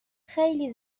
خیلی